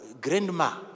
grandma